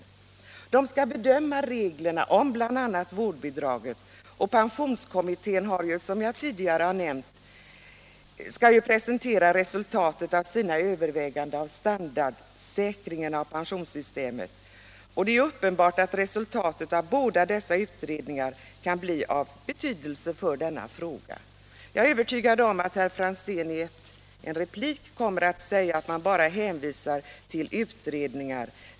Utredningen skall bedöma reglerna om bl.a. vårdbidraget, och pensionskommittén skall, som jag tidigare nämnt, presentera resultatet av sina överväganden om standardsäkring av pensionssystemet. Det är uppenbart att resultatet av båda dessa utredningar kan bli av betydelse för denna fråga. Jag är övertygad om att herr Franzén i en replik kommer att säga att vi bara hänvisar till utredningar.